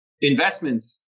investments